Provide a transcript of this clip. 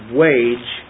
wage